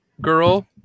girl